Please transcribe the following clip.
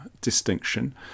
distinction